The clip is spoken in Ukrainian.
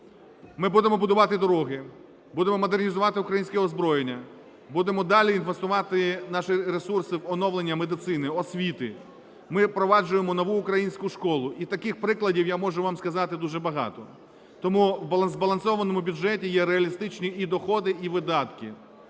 Ми будемо будувати дороги, будемо модернізувати українське озброєння, будемо далі інвестувати наші ресурси в оновлення медицини, освіти. Ми впроваджуємо "Нову українську школу" і таких прикладів я можу вам сказати дуже багато. Тому в збалансованому бюджеті є реалістичні і доходи, і видатки.